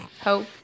Hope